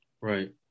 right